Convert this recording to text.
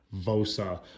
Vosa